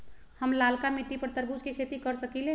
हम लालका मिट्टी पर तरबूज के खेती कर सकीले?